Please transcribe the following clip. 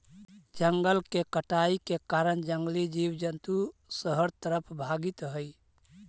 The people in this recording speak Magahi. जंगल के कटाई के कारण जंगली जीव जंतु शहर तरफ भागित हइ